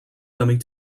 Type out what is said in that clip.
coming